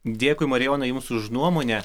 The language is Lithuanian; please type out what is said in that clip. dėkui marijona jums už nuomonę